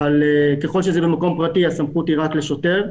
אבל ככל שזה במקום פרטי הסמכות היא רק לשוטר.